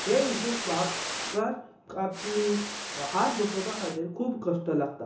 हे विशेश भागांत आपली हात बसोवपा खातीर खूब कश्ट लागतात